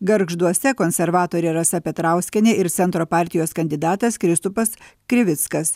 gargžduose konservatorė rasa petrauskienė ir centro partijos kandidatas kristupas krivickas